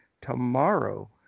Tomorrow